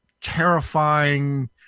terrifying